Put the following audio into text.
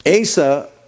Asa